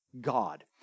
God